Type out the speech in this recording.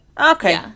Okay